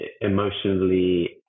emotionally